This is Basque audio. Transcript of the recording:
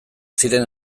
ziren